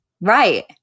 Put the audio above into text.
Right